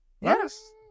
Yes